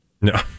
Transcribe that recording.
No